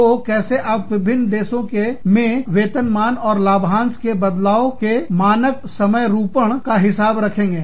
तो कैसे आप विभिन्न देशों में वेतन मान और लाभांश के बदलाव के मानक समयरूपण का हिसाब रखेंगे